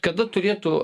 kada turėtų